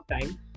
time